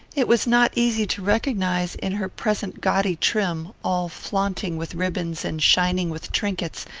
it was not easy to recognise, in her present gaudy trim, all flaunting with ribbons and shining with trinkets,